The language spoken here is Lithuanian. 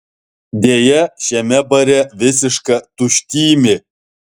deja šiame bare visiška tuštymė